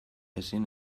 ezin